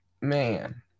man